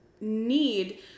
need